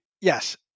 Yes